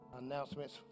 announcements